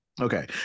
okay